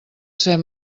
ser